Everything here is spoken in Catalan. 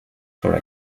sobre